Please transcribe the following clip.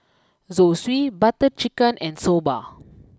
Zosui Butter Chicken and Soba